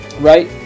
right